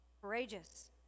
courageous